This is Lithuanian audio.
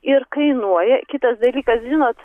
ir kainuoja kitas dalykas žinot